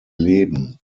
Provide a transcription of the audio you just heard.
leben